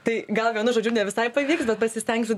tai gal vienu žodžiu ne visai pavyks bet pasistengsiu